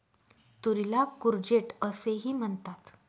तुरीला कूर्जेट असेही म्हणतात